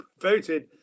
voted